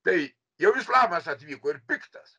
tai jau islamas atvyko ir piktas